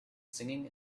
singing